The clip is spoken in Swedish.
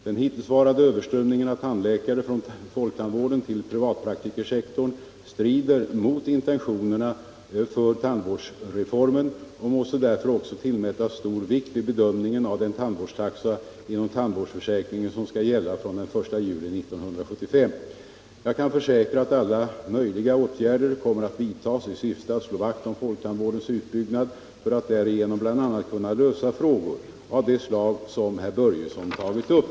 Den hittillsvarande överströmningen av tandläkare från folktandvården till privatpraktikersektorn strider mot intentionerna för tandvårdsreformen och måste därför också tillmätas stor vikt vid bedömningen av den tandvårdstaxa inom tandvårdsförsäkringen som skall gälla från den 1 juli 1975. Jag kan försäkra att alla möjliga åtgärder kommer att vidtas i syfte att slå vakt om folktandvårdens utbyggnad för att därigenom bl.a. kunna lösa frågor av det slag som herr Börjesson tagit upp.